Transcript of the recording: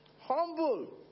Humble